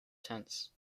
tents